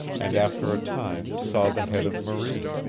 and after a time saw the head of marie.